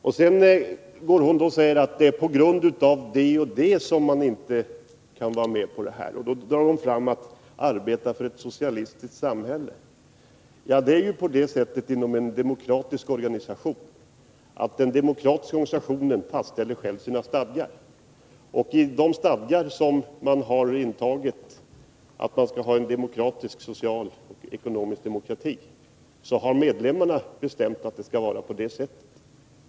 Vidare säger Sonja Rembo att det är på grund av vissa omständigheter man inte kan vara med på detta, och så drar hon fram att fackföreningsrörelsen skall arbeta för ett socialistiskt samhälle. Det är ju så inom en demokratisk organisation att den själv fastställer sina stadgar, och när det gäller det stadgande som man har antagit om att det skall vara en demokratisk, social, ekonomisk demokrati är det medlemmarna som har bestämt att det skall vara på det sättet.